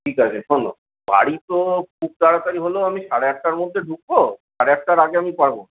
ঠিক আছে শোনো বাড়ি তো খুব তাড়াতাড়ি হলেও আমি সাড়ে আটটার মধ্যে ঢুকব সাড়ে আটটার আগে আমি পারব না